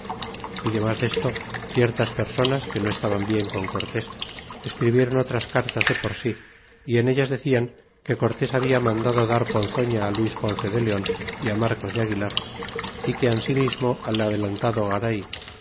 y demás de esto ciertas personas que no estaban bien con cortés escribiéron otras cartas de por si y en ellas decian que cortés habia mandado dar ponzoña luis ponce de leon y á marcos de aguilar é que ansi mismo al adelantado garay